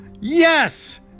Yes